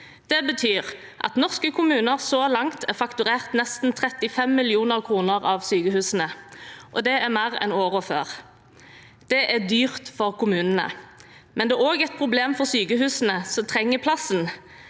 Det betyr at norske kommuner så langt er fakturert for nesten 35 mill. kr av sykehusene, og det er mer enn årene før. Det er dyrt for kommunene, men det er også et problem for sykehusene, som trenger plassen,